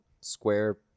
square